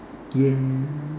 yet